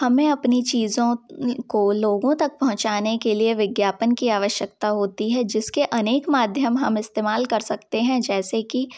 हमें अपनी चीज़ों को लोगों तक पहुँचाने के लिए विज्ञापन की आवश्यकता होती है जिसके अनेक माध्यम हम इस्तेमाल कर सकते हैं जैसे कि